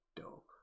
dope